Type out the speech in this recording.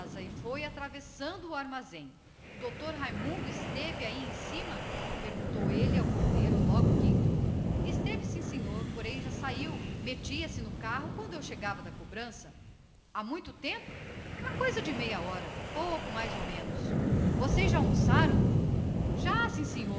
e foi atravessando o armazém o doutor raimundo esteve aí em cima perguntou ele ao cordeiro esteve sim senhor porém já saiu metia-se no carro justamente quando eu chegava da cobrança há muito tempo há coisa de meia hora pouco mais ou menos vocês já almoçaram já sim senhor